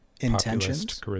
intentions